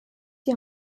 die